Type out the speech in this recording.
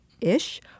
ish